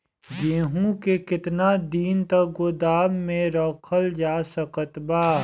गेहूँ के केतना दिन तक गोदाम मे रखल जा सकत बा?